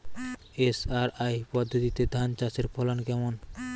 SRI পদ্ধতিতে ধান চাষের ফলন কেমন?